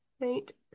Right